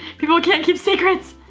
people can't keep secrets.